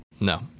No